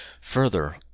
Further